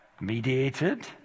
Mediated